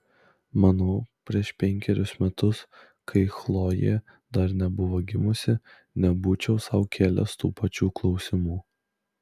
manau prieš penkerius metus kai chlojė dar nebuvo gimusi nebūčiau sau kėlęs tų pačių klausimų